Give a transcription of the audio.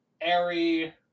airy